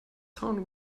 town